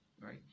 Right